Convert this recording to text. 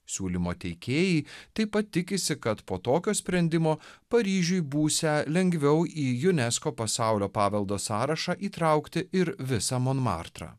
siūlymo teikėjai taip pat tikisi kad po tokio sprendimo paryžiuje būsią lengviau į junesko pasaulio paveldo sąrašą įtraukti ir visą monmartrą